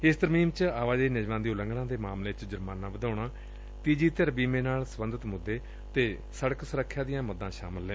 ਇਸ ਤਰਮੀਮ ਵਿਚ ਆਵਾਜਾਈ ਨਿਯਮਾਂ ਦੀ ਉਲੰਘਣਾ ਦੇ ਮਾਮਲੇ ਚ ਜੁਰਮਾਨਾ ਵਧਾਉਣ ਤੀਜੀ ਧਿਰ ਬੀਮੇ ਨਾਲ ਸਬੰਧਤ ਮੁੱਦੇ ਅਤੇ ਸੜਕ ਸੁਰੱਖਿਆ ਦੀਆਂ ਮੱਦਾਂ ਸ਼ਾਮਲ ਨੇ